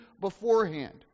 beforehand